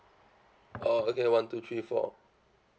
oh okay one two three four